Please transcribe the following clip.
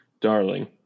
darling